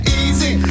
easy